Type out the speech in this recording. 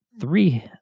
three